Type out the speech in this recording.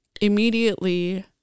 immediately